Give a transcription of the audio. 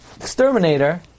exterminator